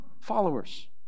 followers